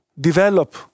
develop